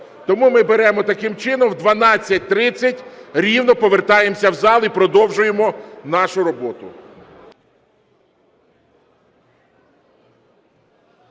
Тому ми беремо таким чином: о 12:30 рівно повертаємося в зал і продовжуємо нашу роботу.